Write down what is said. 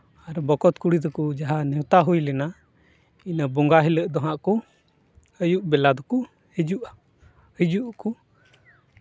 ᱟᱨ ᱵᱚᱠᱚᱛ ᱠᱩᱲᱤ ᱛᱟᱠᱚ ᱡᱟᱦᱟᱸ ᱱᱮᱶᱛᱟ ᱦᱩᱭ ᱞᱮᱱᱟ ᱤᱱᱟᱹ ᱵᱚᱸᱜᱟ ᱦᱤᱞᱳᱜ ᱫᱚ ᱦᱟᱸᱜ ᱠᱚ ᱟᱹᱭᱩᱵ ᱵᱮᱞᱟ ᱫᱚᱠᱚ ᱦᱤᱡᱩᱜᱼᱟ ᱦᱤᱡᱩᱜ ᱟᱠᱚ